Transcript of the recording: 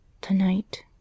Tonight